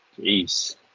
Jeez